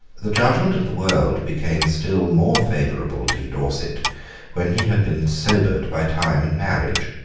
the judgment of the world became still more favourable to dorset when he had been sobered by time and marriage.